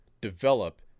develop